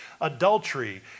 adultery